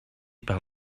par